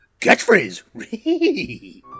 Catchphrase